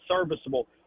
serviceable